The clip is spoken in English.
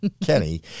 Kenny